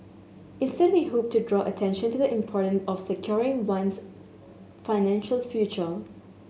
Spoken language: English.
instead we hoped to draw attention to the importance of securing one's financial future